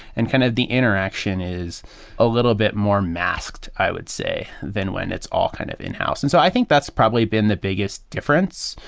and kind of the interaction is a little bit more masked, i would say, than when it's all kind of in-house. in-house. and so i think that's probably been the biggest difference.